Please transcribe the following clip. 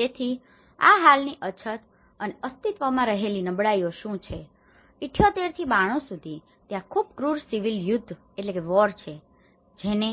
તેથી આ હાલની અછત અને અસ્તિત્વમાં રહેલી નબળાઈઓ શુ છે 78 થી 92 સુધી ત્યાં ખૂબ ક્રૂર સિવિલ યુદ્ધ છે જેણે